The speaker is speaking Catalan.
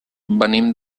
venim